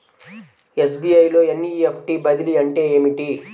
SBI లో NEFT బదిలీ అంటే ఏమిటి?